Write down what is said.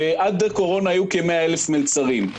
עד הקורונה היו כ-100,000 מלצרים,